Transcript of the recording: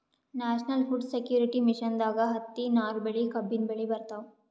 national food security ಮಿಷನ್ದಾಗ್ ಹತ್ತಿ, ನಾರ್ ಬೆಳಿ, ಕಬ್ಬಿನ್ ಬೆಳಿ ಬರ್ತವ್